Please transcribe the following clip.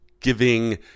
giving